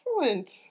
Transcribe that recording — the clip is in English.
Excellent